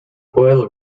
oil